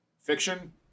fiction